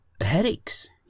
headaches